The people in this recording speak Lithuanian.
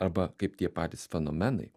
arba kaip tie patys fenomenai